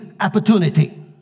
opportunity